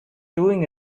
doing